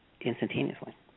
Instantaneously